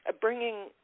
bringing